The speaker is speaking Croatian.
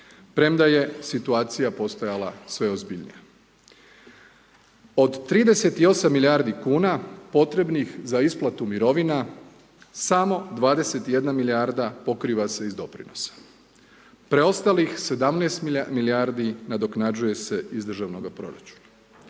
premda je situacija postojala sve ozbiljnija. Od 38 milijardi kuna, potrebnih za isplatu mirovina, samo 21 milijarda pokriva se iz doprinosa. Preostalih 17 milijardi nadoknađuje se iz državnog proračuna.